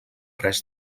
res